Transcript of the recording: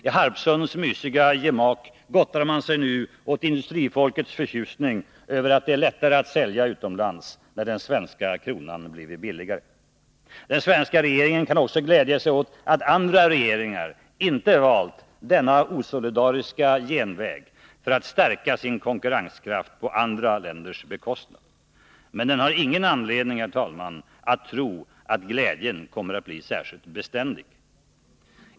I Harpsunds mysiga gemak gottar man sig nu åt industrifolkets förtjusning över att det är lättare att sälja utomlands när den svenska kronan blivit billigare. Den svenska regeringen kan också glädja sig åt att andra regeringar inte valt denna osolidariska genväg för att stärka sin konkurrenskraft på andra länders bekostnad. Men, herr talman, den har ingen anledning att tro att glädjen kommer att bli särskilt beständig.